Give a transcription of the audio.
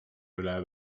üle